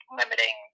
limiting